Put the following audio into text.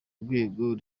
rwego